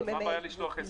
מה הבעיה לשלוח SMS: